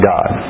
God